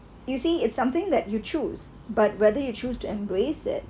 you see it's something that you choose but whether you choose to embrace it